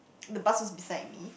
the bus was beside me